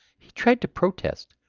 he tried to protest,